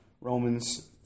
Romans